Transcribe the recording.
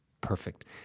perfect